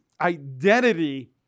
identity